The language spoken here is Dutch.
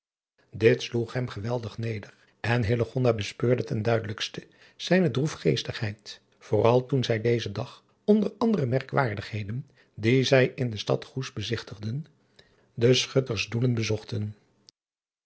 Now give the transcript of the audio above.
it sloeg hem geweldig neder en bespeurde ten duidelijkste zijne droefgeestigheid vooral toen zij dezen dag onder andere merkwaardigheden die zij in de tad oes bezigtigden den chuttersdoelen bezochten